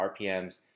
RPMs